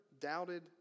doubted